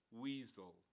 weasel